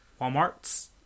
Walmarts